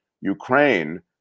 ukraine